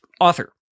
author